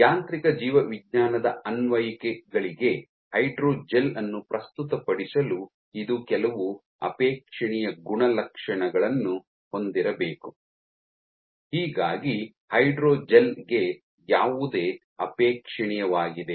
ಯಾಂತ್ರಿಕ ಜೀವವಿಜ್ಞಾನದ ಅನ್ವಯಿಕೆಗಳಿಗೆ ಹೈಡ್ರೋಜೆಲ್ ಅನ್ನು ಪ್ರಸ್ತುತಪಡಿಸಲು ಇದು ಕೆಲವು ಅಪೇಕ್ಷಣೀಯ ಗುಣಲಕ್ಷಣಗಳನ್ನು ಹೊಂದಿರಬೇಕು ಹೀಗಾಗಿ ಹೈಡ್ರೋಜೆಲ್ ಗೆ ಯಾವುದು ಅಪೇಕ್ಷಣೀಯವಾಗಿದೆ